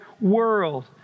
world